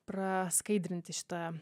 praskaidrinti šita